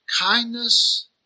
kindness